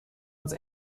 uns